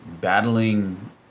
battling